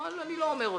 אבל אני לא אומר אותה.